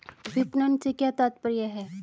विपणन से क्या तात्पर्य है?